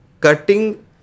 cutting